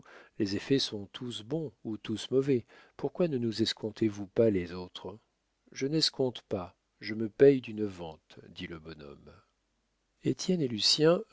les effets sont tous bons ou tous mauvais pourquoi ne nous escomptez vous pas les autres je n'escompte pas je me paye d'une vente dit le bonhomme étienne et